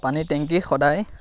পানীৰ টেংকি সদায়